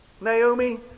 Naomi